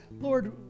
Lord